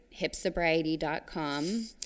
hipsobriety.com